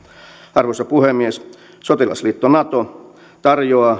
arvoisa puhemies sotilasliitto nato tarjoaa